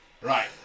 Right